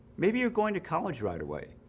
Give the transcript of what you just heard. maybe you're going to college right away.